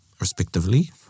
respectively